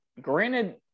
granted